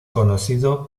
conocido